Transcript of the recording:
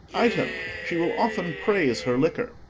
item she will often praise her liquor